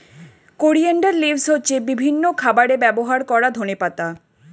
coriander leaves হচ্ছে বিভিন্ন খাবারে ব্যবহার করা ধনেপাতা